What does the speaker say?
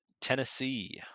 Tennessee